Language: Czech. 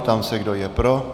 Ptám se, kdo je pro.